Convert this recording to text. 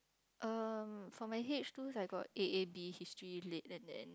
erm for my H twos I got A A B History Lit and then